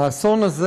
האסון הזה